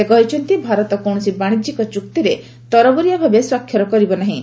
ସେ କହିଛନ୍ତି ଭାରତ କୌଣସି ବାଶିଜ୍ୟିକ ଚୂକ୍ତିରେ ତରବରିଆ ଭାବେ ସ୍ୱାକ୍ଷର କରିବ ନାହିଁ